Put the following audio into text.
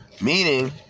Meaning